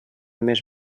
més